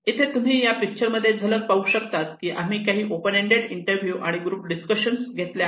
इथे तुम्ही या पिक्चर मध्ये झलक पाहू शकतात की आम्ही काही ओपन एंडेड इंटरव्यू आणि ग्रुप डिस्कशन घेतले आहेत